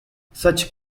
such